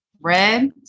Red